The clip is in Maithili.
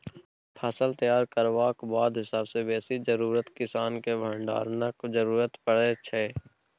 फसल तैयार करबाक बाद सबसँ बेसी जरुरत किसानकेँ भंडारणक जरुरत परै छै